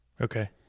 Okay